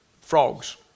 Frogs